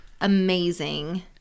amazing